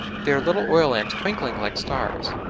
their little oil-lamps twinkling like stars,